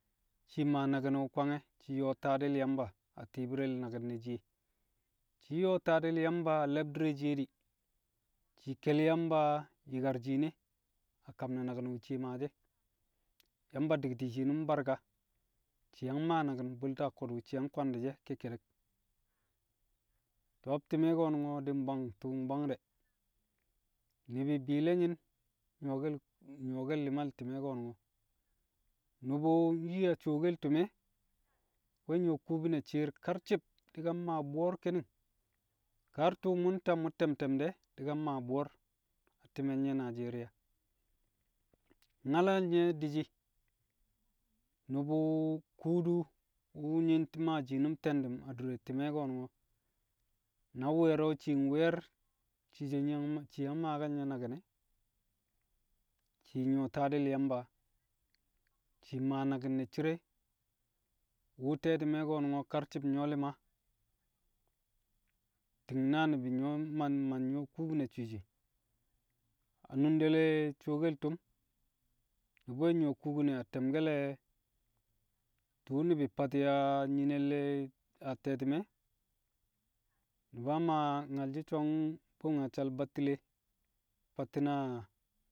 shii maa naki̱n wu̱ kwange̱, shii yo̱o̱ taadi̱l Yamba a ti̱i̱bi̱r re̱ naki̱n ne̱ shiye. Shii yo̱o̱ taadi̱l Yamba a le̱bdi̱r re̱ shiye di̱, shii kel Yamba yi̱kar shiine a kam ne̱ naki̱n wu̱ shii maashi̱. Yamba di̱kti̱ shiinum barka shii yang maa naki̱n bu̱lta ko̱du̱ shii yang kwangdi̱ e̱ ke̱kke̱de̱k. To̱b ti̱me̱ ko̱nu̱ngo̱ di̱ mbwang tu̱u̱ mbwang de̱. Ni̱bi̱ bi̱i̱le̱yi̱n nyu̱wo̱ke̱l- nyu̱wo̱ke̱l li̱mal ti̱me̱ ko̱nu̱ngo̱. Nu̱bu̱ yi̱ a suwokel tu̱m e̱, we̱ nyu̱wo̱ kubine shi̱i̱r karci̱b di̱ ka mmaa bu̱wo̱r ki̱ni̱ng, kar tu̱u̱ mu̱ nte̱m, mu̱ te̱m te̱m de̱ mmaa bu̱wo̱r a ti̱me̱l nye̱ Najeriya. Nyalal nye̱ di̱shi̱, nu̱bu̱ kuudu wu̱ nyi̱ mmaa shiinum te̱ndu̱um adure ti̱me̱ ko̱nu̱ngo̱, na we̱e̱re̱ o̱ shii nwe̱e̱r shii so̱ shii yang maake̱l nye̱ naki̱n e̱, shii nyu̱wo̱ taadi̱l Yamba, shii maa naki̱n ne̱ cire wu̱ te̱ti̱me̱ ko̱nu̱ngo̱ karci̱b nyu̱wo̱ li̱ma, ti̱ng na ni̱bi̱ nyu̱wo̱ ma nyu̱wo̱ kubine swi̱i̱ swi̱i̱. A nunde le cuwokel tu̱m, ni̱bi̱ we̱ nyu̱wo̱ kubine a te̱mke̱le̱ tu̱u̱ ni̱bi̱ fati̱ a nyine le a te̱ti̱me̱, Nu̱ba Maa nyalshi̱ so̱ mbu̱mnyaccal battile fatti̱n a